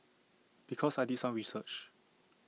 because I did some research